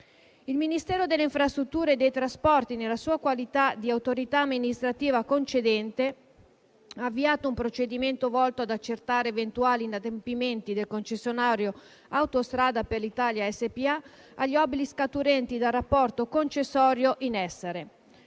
il Ministero delle infrastrutture e dei trasporti, nella sua qualità di autorità amministrativa concedente, ha avviato un procedimento volto ad accertare eventuali inadempimenti del concessionario Autostrade per l'Italia SpA agli obblighi scaturenti dal rapporto concessorio in essere;